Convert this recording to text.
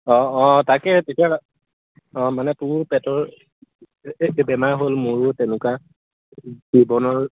অঁ অঁ তাকে তেতিয়াহ'লে অঁ মানে তোৰ পেটৰ এই বেমাৰ হ'ল মোৰো তেনেকুৱা জীৱনৰ